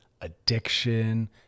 addiction